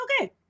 okay